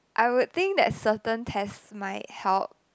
I would think that certain tests might help